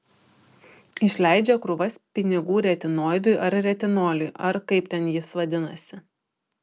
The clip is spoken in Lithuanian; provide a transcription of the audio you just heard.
išleidžia krūvas pinigų retinoidui ar retinoliui ar kaip ten jis vadinasi